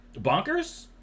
Bonkers